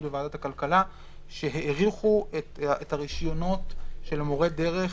בוועדת הכלכלה שהאריכו את הרישיונות של מורי דרך